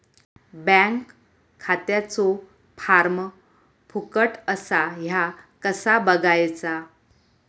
Bank खात्याचो form फुकट असा ह्या कसा बगायचा?